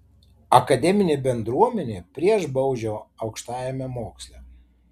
akademinė bendruomenė prieš baudžiavą aukštajame moksle